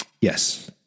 Yes